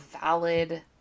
valid